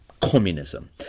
communism